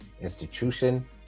institution